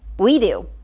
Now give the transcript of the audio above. we do.